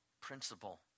principle